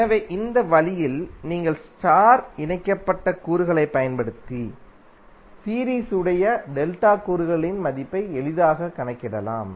எனவே இந்த வழியில் நீங்கள் ஸ்டார் இணைக்கப்பட்ட கூறுகளைப் பயன்படுத்தி சீரீஸ் யுடைய டெல்டா கூறுகளின் மதிப்பை எளிதாகக் கணக்கிடலாம்